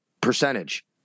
percentage